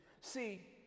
See